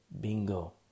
bingo